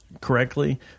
Correctly